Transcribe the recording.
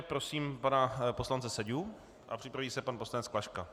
Prosím pana poslance Seďu a připraví se pan poslanec Klaška.